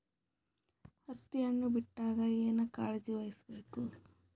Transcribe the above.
ಹತ್ತಿ ಹಣ್ಣು ಬಿಟ್ಟಾಗ ಏನ ಕಾಳಜಿ ವಹಿಸ ಬೇಕು?